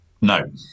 no